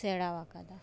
ᱥᱮᱬᱟᱣᱟᱠᱫᱟ